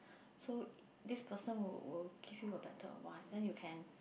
so this person will will give you a better advice then you can